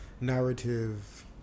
narrative